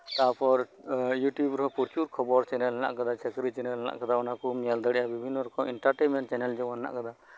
ᱛᱟᱨᱯᱚᱨ ᱤᱭᱩᱴᱩᱵᱷ ᱨᱮᱦᱚᱸ ᱯᱨᱚᱪᱩᱨ ᱠᱷᱚᱵᱚᱨ ᱢᱮᱱᱟᱜ ᱠᱟᱫᱟ ᱪᱟᱹᱠᱨᱤ ᱵᱟᱹᱠᱨᱤ ᱪᱮᱱᱮᱞ ᱢᱮᱱᱟᱜ ᱠᱟᱫᱟ ᱚᱱᱟ ᱠᱚᱢ ᱧᱮᱞ ᱫᱟᱲᱮᱭᱟᱜᱼᱟ ᱵᱤᱵᱷᱤᱱᱱᱚ ᱨᱚᱠᱚᱢ ᱮᱱᱴᱟᱨᱴᱮᱱᱢᱮᱱᱴ ᱪᱮᱱᱮᱞ ᱢᱮᱱᱟᱜ ᱠᱟᱫᱟ